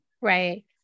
Right